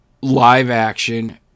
live-action